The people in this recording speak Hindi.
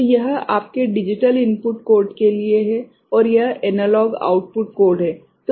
तो यह आपके डिजिटल इनपुट कोड के लिए है और यह एनालॉग आउटपुट कोड है